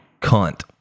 cunt